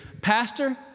pastor